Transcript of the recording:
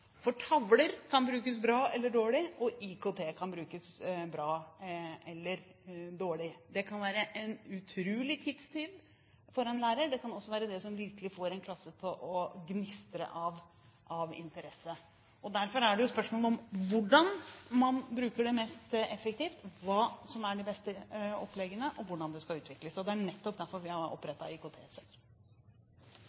Tavler kan brukes bra eller dårlig, og IKT kan brukes bra eller dårlig. Det kan være en utrolig tidstyv for en lærer. Det kan også være det som virkelig får en klasse til å gnistre av interesse. Derfor er det spørsmål om hvordan man bruker det mest effektivt, hvilke opplegg som er de beste, og hvordan det skal utvikles. Det er nettopp derfor vi har